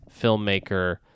filmmaker